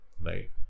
right